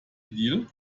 deal